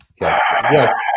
Yes